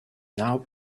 now